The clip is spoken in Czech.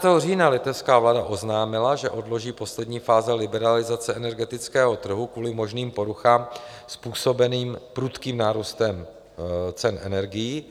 Dne 14. října litevská vláda oznámila, že odloží poslední fázi liberalizace energetického trhu kvůli možným poruchám způsobených prudkým nárůstem cen energií.